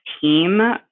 team